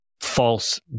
false